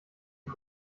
die